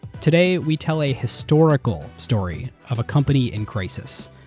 today we tell a historical story of a company in crisis.